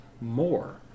more